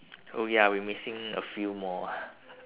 oh ya we missing a few more ah